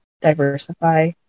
diversify